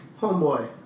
Homeboy